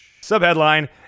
Sub-headline